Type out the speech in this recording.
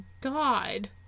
God